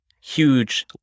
huge